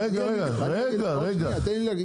רגע רגע --- תן לי להגיד.